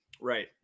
Right